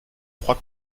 trois